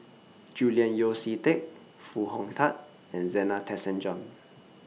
Julian Yeo See Teck Foo Hong Tatt and Zena Tessensohn